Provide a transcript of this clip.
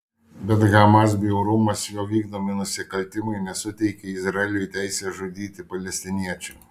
bet hamas bjaurumas jo vykdomi nusikaltimai nesuteikia izraeliui teisės žudyti palestiniečių